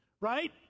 Right